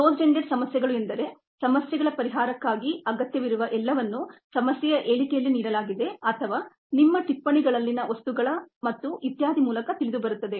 closed ended ಸಮಸ್ಯೆಗಳು ಎಂದರೆ ಸಮಸ್ಯೆಗಳ ಪರಿಹಾರಕ್ಕಾಗಿ ಅಗತ್ಯವಿರುವ ಎಲ್ಲವನ್ನೂ ಸಮಸ್ಯೆಯ ಹೇಳಿಕೆಯಲ್ಲಿ ನೀಡಲಾಗಿದೆ ಅಥವಾ ನಿಮ್ಮ ಟಿಪ್ಪಣಿಗಳಲ್ಲಿನ ವಸ್ತುಗಳ ಮತ್ತು ಇತ್ಯಾದಿ ಮೂಲಕ ತಿಳಿದುಬರುತ್ತದೆ